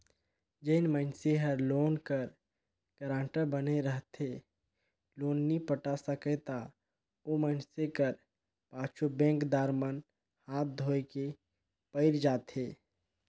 जेन मइनसे हर लोन कर गारंटर बने रहथे लोन नी पटा सकय ता ओ मइनसे कर पाछू बेंकदार मन हांथ धोए के पइर जाथें